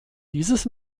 dieses